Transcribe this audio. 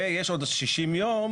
ויש עוד 60 יום